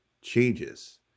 changes